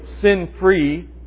sin-free